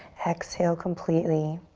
exhale completely.